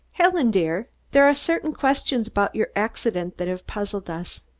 helen, dear, there are certain questions about your accident that have puzzled us.